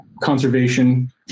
conservation